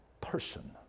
person